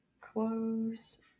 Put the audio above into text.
close